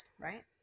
right